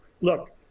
Look